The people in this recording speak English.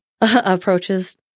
approaches